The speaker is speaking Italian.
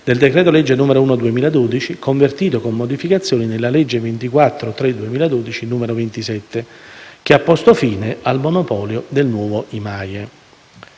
del decreto-legge n. 1 del 2012, convertito, con modificazioni, dalla legge 24 marzo 2012, n. 27, che ha posto fine al monopolio del Nuovo IMAIE.